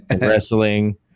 wrestling